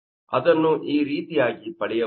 ಅದನ್ನು ಈ ರೀತಿಯಾಗಿ ಪಡೆಯಬಹುದು